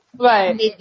Right